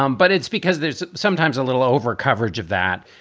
um but it's because there's sometimes a little overcoverage of that.